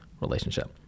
relationship